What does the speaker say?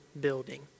building